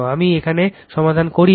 আমি এখানে সমাধান করিনি